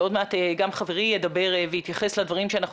ועוד מעט גם חברי ידבר ויתייחס לדברים שאנחנו